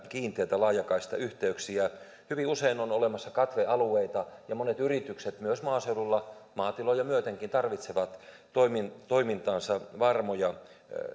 kiinteitä laajakaistayhteyksiä hyvin usein on olemassa katvealueita ja monet yritykset myös maaseudulla maatiloja myötenkin tarvitsevat toimintaansa toimintaansa varmoja